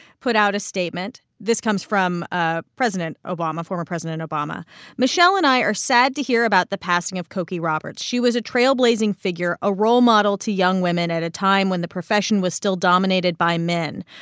put out a statement. this comes from president obama former president obama michelle and i are sad to hear about the passing of cokie roberts. she was a trailblazing figure, a role model to young women at a time when the profession was still dominated by men,